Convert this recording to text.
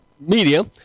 Media